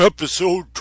Episode